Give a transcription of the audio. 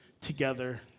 together